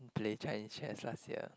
play Chinese chess last year